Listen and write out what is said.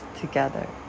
together